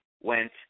went